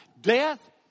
Death